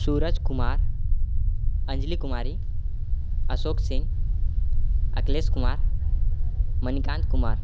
Suraj Kumar Anjali Kumari Ashok Singh Akhlesh Kumar Manikant Kumar